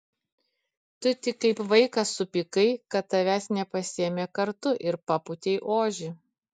tu tik kaip vaikas supykai kad tavęs nepasiėmė kartu ir papūtei ožį